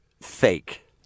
fake